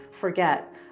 forget